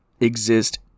exist